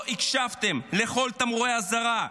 לא הקשבתם לכל תמרורי האזהרה.